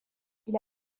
إلى